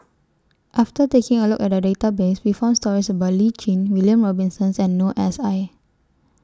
after taking A Look At The Database We found stories about Lee Tjin William Robinson and Noor S I